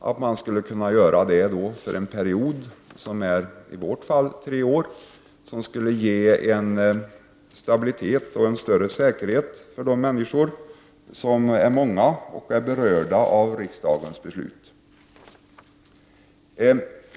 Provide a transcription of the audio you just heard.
Detta skulle man kunna göra för en period som i vårt fall är tre år och som skulle kunna ge stabilitet och större säkerhet för de många människor som är berörda av riksdagens beslut.